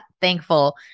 thankful